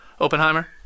Oppenheimer